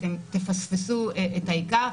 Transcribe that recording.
אתם תפספסו את העיקר.